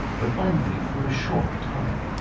but only for a short time.